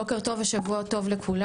בוקר טוב ושבוע טוב לכולם.